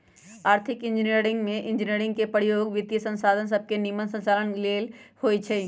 आर्थिक इंजीनियरिंग में इंजीनियरिंग के प्रयोग वित्तीयसंसाधन सभके के निम्मन संचालन लेल होइ छै